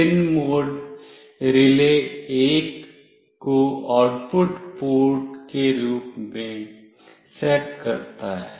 pin mode RELAY1 को output port के रूप में सेट करता है